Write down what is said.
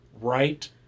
right